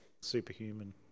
superhuman